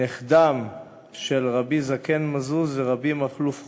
נכדם של רבי זקן מזוז ורבי מכלוף חורי,